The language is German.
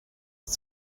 ist